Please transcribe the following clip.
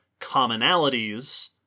commonalities